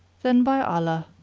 then by allah,